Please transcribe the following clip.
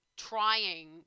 Trying